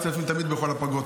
ועדת כספים תמיד עובדת,